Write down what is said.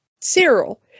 Cyril